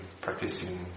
practicing